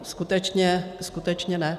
Skutečně, skutečně ne.